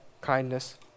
kindness